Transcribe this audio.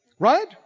Right